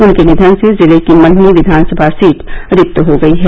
उनके निधन से जिले की मल्हनी विधानसभा सीट रिक्त हो गयी है